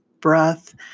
breath